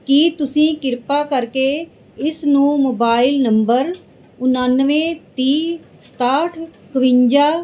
ਕੀ ਤੁਸੀਂ ਕਿਰਪਾ ਕਰਕੇ ਇਸ ਨੂੰ ਮੋਬਾਇਲ ਨੰਬਰ ਉਣਾਨਵੇਂ ਤੀਹ ਸਤਾਹਠ ਇਕਵੰਜਾ